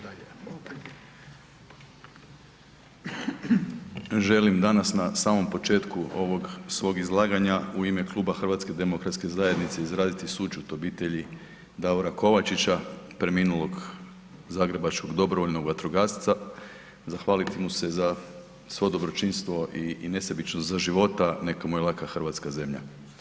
Želim danas na samom početku ovog svog izlaganja u ime Kluba HDZ-a izraziti sućut obitelji Davora Kovačića preminulog zagrebačkog dobrovoljnog vatrogasca, zahvaliti mu se za svo dobročinstvo i, i nesebično za života neka mu je laka hrvatska zemlja.